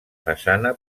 façana